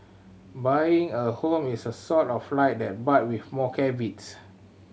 buying a home is sort of like that but with more caveats